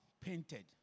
painted